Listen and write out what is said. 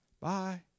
Bye